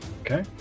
Okay